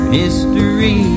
history